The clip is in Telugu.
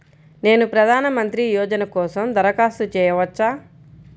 నేను ప్రధాన మంత్రి యోజన కోసం దరఖాస్తు చేయవచ్చా?